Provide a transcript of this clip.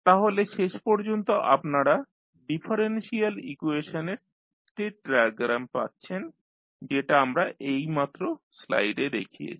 তাহলে শেষ পর্যন্ত আপনারা ডিফারেন্সিয়াল ইকুয়েশন এর স্টেট ডায়াগ্রাম পাচ্ছেন যেটা আমরা এইমাত্র স্লাইডে দেখিয়েছি